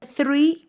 Three